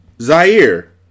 Zaire